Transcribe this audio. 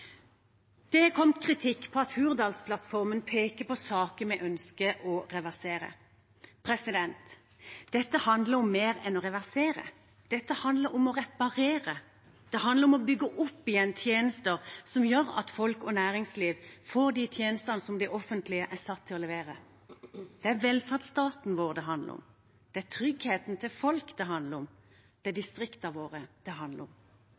Det har kommet kritikk om at Hurdalsplattformen peker på saker vi ønsker å reversere. Dette handler om mer enn å reversere. Dette handler om å reparere, det handler om å bygge opp igjen tjenester som gjør at folk og næringsliv får de tjenestene som det offentlige er satt til å levere. Det er velferdsstaten vår det handler om. Det er tryggheten til folk det handler om. Det er distriktene våre det handler om.